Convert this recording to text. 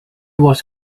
was